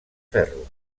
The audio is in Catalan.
ferro